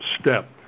step